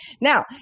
Now